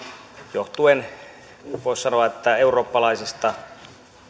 johtuen voisi sanoa eurooppalaisista